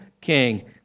king